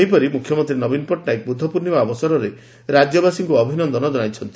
ସେହିପରି ମୁଖ୍ୟମନ୍ତୀ ନବୀନ ପଟ୍ଟନାୟକ ବୁଦ୍ଧ ପୂର୍ଶ୍ରିମା ଅବସରରେ ରାଜ୍ୟବାସୀଙ୍କୁ ଅଭିନନ୍ଦନ ଜଶାଇଛନ୍ତି